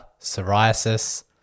psoriasis